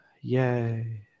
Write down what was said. Yay